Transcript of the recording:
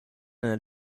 nel